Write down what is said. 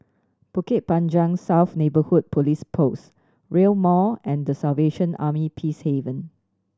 Bukit Panjang South Neighbourhood Police Post Rail Mall and The Salvation Army Peacehaven